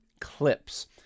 clips